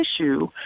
issue